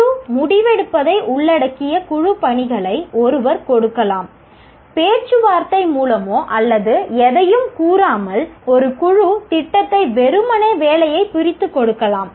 குழு முடிவெடுப்பதை உள்ளடக்கிய குழு பணிகளை ஒருவர் கொடுக்கலாம் பேச்சுவார்த்தை மூலமோ அல்லது எதையும் கூறாமல் ஒரு குழு திட்டத்தை வெறுமனே வேலையை பிரித்து கொடுக்கலாம்